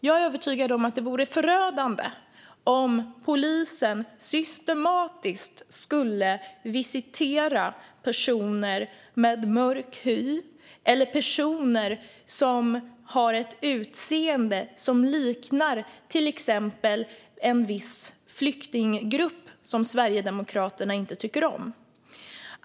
Jag är övertygad om att det vore förödande om polisen systematiskt skulle visitera personer med mörk hy eller personer med ett utseende som gör att de till exempel liknar en viss flyktinggrupp som Sverigedemokraterna inte tycker om.